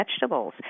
vegetables